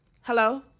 Hello